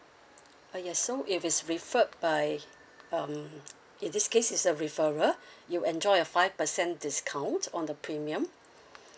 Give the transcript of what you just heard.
uh yes so if its referred by um in this case as a referer you enjoy a five percent discount on the premium